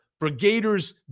brigaders